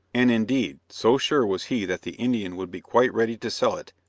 and indeed, so sure was he that the indian would be quite ready to sell it,